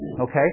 okay